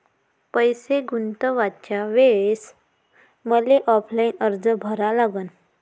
पैसे गुंतवाच्या वेळेसं मले ऑफलाईन अर्ज भरा लागन का?